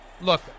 look